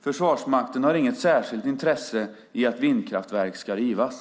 Försvarsmakten har inget särskilt intresse i att vindkraftverk ska rivas.